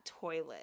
toilet